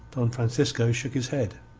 don francisco shook his head.